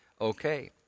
okay